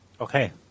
Okay